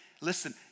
Listen